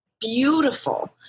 beautiful